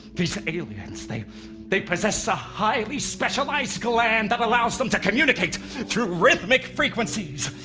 these aliens. they they possess a highly specialized gland that allows them to communicate through rhythmic frequencies